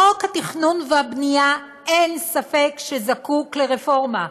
חוק התכנון והבנייה, אין ספק שהוא זקוק לרפורמה.